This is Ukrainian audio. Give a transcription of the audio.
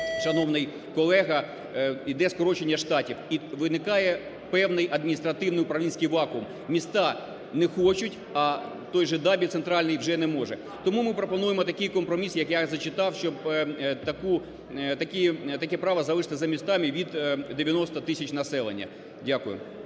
шановний колега, іде скорочення штатів і виникає певний адміністративний управлінський вакуум, міста не хочуть, а той же ДАБІ центральний вже не може. Тому ми пропонуємо такий компроміс, як я зачитав, щоб таке право залишити за містами від 90 тисяч населення. Дякую.